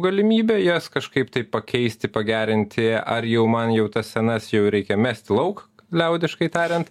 galimybę jas kažkaip tai pakeisti pagerinti ar jau man jau tas senas jau reikia mesti lauk liaudiškai tariant